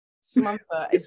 Samantha